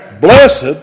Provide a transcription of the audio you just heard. Blessed